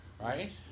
Right